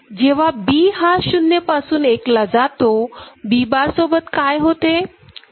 जेव्हा B हा 0 पासून 1 ला जातोB बार सोबत काय होते